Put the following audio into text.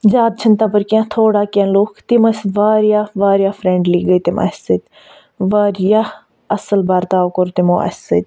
زیادٕ چھِنہٕ تَپٲرۍ کیٚنٛہہ تھوڑا کیٚنٛہہ لوٗکھ تِم ٲسۍ واریاہ واریاہ فرٛیٚنٛڈلی گٔے تِم اسہِ سۭتۍ واریاہ اصٕل برتاو کوٚر تِمو اسہِ سۭتۍ